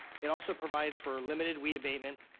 it also provides for limited weed abatement,